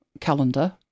calendar